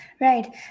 Right